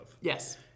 Yes